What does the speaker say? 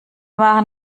machen